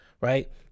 right